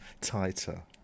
tighter